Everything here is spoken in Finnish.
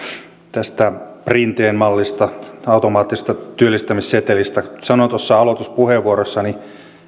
tästä rinteen mallista tai automaattisesta työllistämissetelistä sanoin tuossa aloituspuheenvuorossani